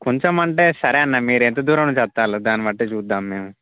కొంచెమంటే సరే అన్న మీరు ఎంత దూరం నుంచి వస్తారు దాన్ని బట్టి చూద్దాం మేము